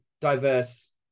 diverse